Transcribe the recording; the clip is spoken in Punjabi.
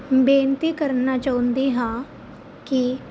ਬੇਨਤੀ ਕਰਨਾ ਚਾਹੁੰਦੀ ਹਾਂ ਕਿ